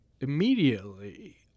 immediately